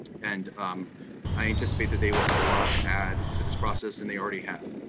and um i anticipate that they will have a lot to add to this process, and they already have.